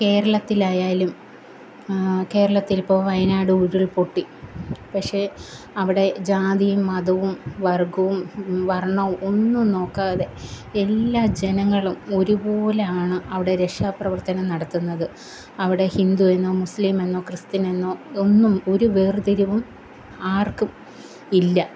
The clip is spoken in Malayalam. കേരളത്തിലായാലും കേരളത്തിൽ ഇപ്പോൾ വയനാട് ഉരുള്പൊട്ടി പക്ഷെ അവിടെ ജാതിയും മതവും വര്ഗ്ഗവും വര്ണ്ണവും ഒന്നും നോക്കാതെ എല്ലാ ജനങ്ങളും ഒരുപോലെയാണ് അവിടെ രഷാപ്രവര്ത്തനം നടത്തുന്നത് അവിടെ ഹിന്ദുവെന്നോ മുസ്ലീമെന്നോ ക്രിസ്ത്യനെന്നോ ഒന്നും ഒരു വേര്തിരിവും ആര്ക്കും ഇല്ല